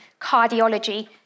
cardiology